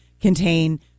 contain